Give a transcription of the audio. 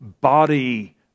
body